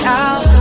out